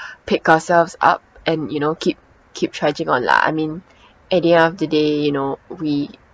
pick ourselves up and you know keep keep trudging on lah I mean at the end of the day you know we